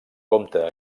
compte